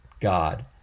God